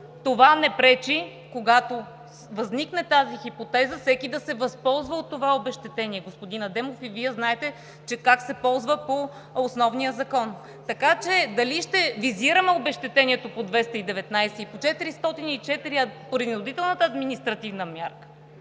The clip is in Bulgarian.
това не пречи, когато възникне тази хипотеза, всеки да се възползва от това обезщетение. Господин Адемов, и Вие знаете как се ползва по основния закон. Така че дали ще визираме обезщетението по чл. 219 и по чл. 404 принудителната административна мярка,